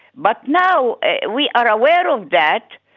but now we are aware of that,